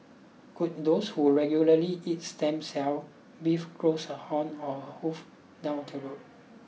could those who regularly eat stem cell beef grows a horn or a hoof down the road